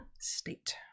state